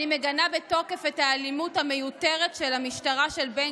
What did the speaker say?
אני מגנה בתוקף את האלימות המיותרת של המשטרה של בן